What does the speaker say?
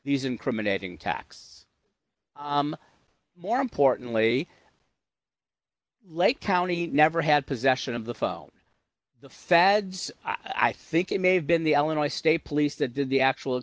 these incriminating tax more importantly lake county never had possession of the phone the feds i think it may have been the only state police that did the actual